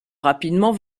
rapidement